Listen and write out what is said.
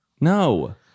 No